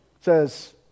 says